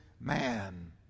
man